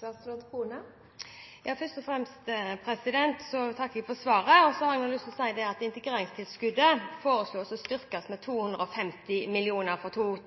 Først vil jeg takke for spørsmålet. Jeg har lyst til å si at integreringstilskuddet foreslås styrket med 250 mill. kr for